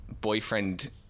boyfriend